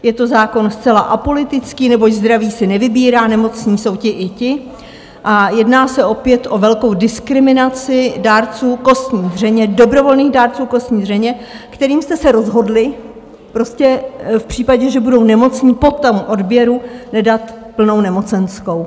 Je to zákon zcela apolitický, neboť zdraví si nevybírá, nemocní jsou ti i ti a jedná se opět o velkou diskriminaci dárců kostní dřeně, dobrovolných dárců kostní dřeně, kterým jste se rozhodli v případě, že budou nemocní po tom odběru, nedat plnou nemocenskou.